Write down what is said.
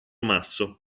masso